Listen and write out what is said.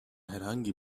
herhangi